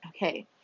Okay